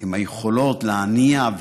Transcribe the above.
עם היכולות להניע,